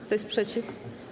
Kto jest przeciw?